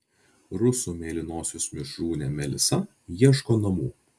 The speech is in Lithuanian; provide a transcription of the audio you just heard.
rusų mėlynosios mišrūnė melisa ieško namų